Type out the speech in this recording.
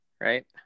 right